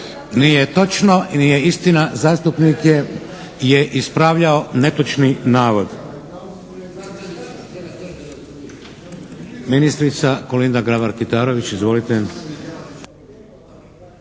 Nije točno i nije istina. Zastupnik je ispravljalo netočni navod.